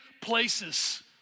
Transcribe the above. places